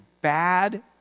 bad